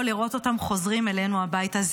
שחרור חטופים נוספים שהיה לנו בפעמים